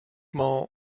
mall